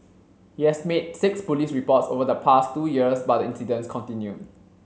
he has made six police reports over the past two years but the incidents continued